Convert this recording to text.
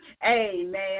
Amen